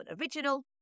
original